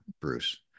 Bruce